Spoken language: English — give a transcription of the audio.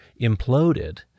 imploded